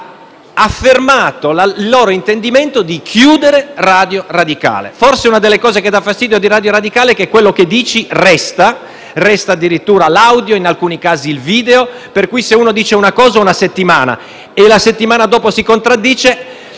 ha affermato l'intendimento di chiudere Radio Radicale. Forse una delle cose che dà fastidio di Radio Radicale è che quello che si dice resta; resta addirittura l'audio, in alcuni casi il video, per cui se si fanno delle affermazioni e la settimana dopo si contraddicono,